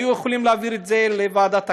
היו יכולים להעביר את זה לוועדת הכנסת,